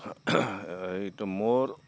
এইটো মোৰ